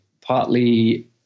partly